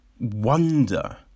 wonder